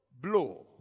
blow